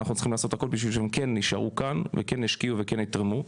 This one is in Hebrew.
אנחנו צריכים לעשות הכול כדי שהם באמת יישארו כאן וכן ישקיעו וכן יתרמו.